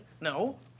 No